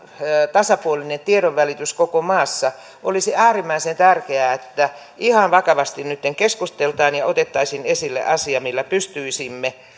tasapuolinen tiedonvälitys koko maassa olisi äärimmäisen tärkeää että ihan vakavasti nytten keskustellaan ja otettaisiin esille asia millä pystyisimme